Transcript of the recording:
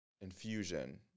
infusion